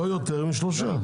לא יותר משלושה.